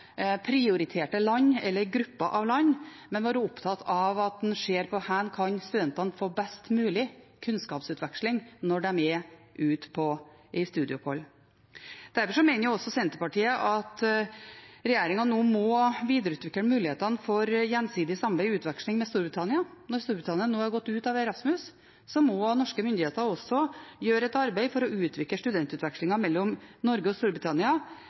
prioriterte land eller grupper av land, men være opptatt av at en ser på hvor studentene kan få best mulig kunnskapsutveksling når de er ute på studieopphold. Derfor mener også Senterpartiet at regjeringen nå må videreutvikle mulighetene for gjensidig samarbeid i utveksling med Storbritannia. Når Storbritannia nå har gått ut av Erasmus, må norske myndigheter gjøre et arbeid for å utvikle studentutvekslingen mellom Norge og Storbritannia